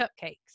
cupcakes